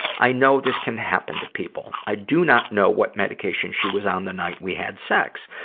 i know this can happen to people. i do not know what medication she was on the night we had sex.